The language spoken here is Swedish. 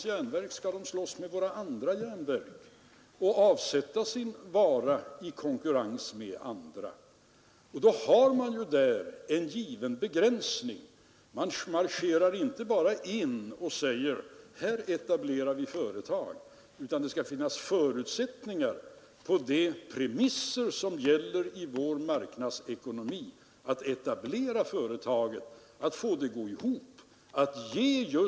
Sedan må man roa sig med att kalla finansministern passiv eller vad som helst. Man kanske t.o.m. kan kalla honom realist, när han konstaterar att i de här avseendena finns det inga variationsmöjligheter, utan där har riksdagen sin klart uttalade uppfattning, som den kommer att följa.